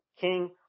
King